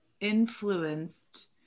influenced